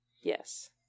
Yes